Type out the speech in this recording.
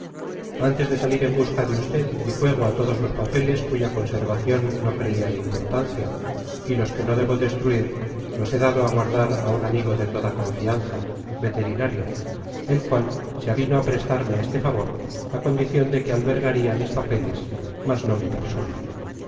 antes de salir en busca de usted di fuego a todos los papeles cuya conservación no creía de importancia y los que no debo destruir los he dado a guardar a un amigo de toda confianza veterinario el cual se avino a prestarme este favor a condición de que albergaría mis papeles mas no mi persona